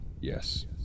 Yes